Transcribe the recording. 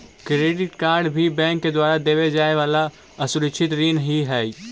credit card भी bank के द्वारा देवे जाए वाला असुरक्षित ऋण ही हइ